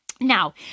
Now